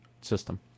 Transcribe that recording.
system